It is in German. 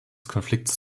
konflikts